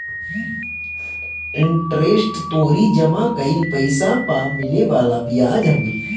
interest तोहरी जमा कईल पईसा पअ मिले वाला बियाज हवे